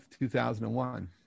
2001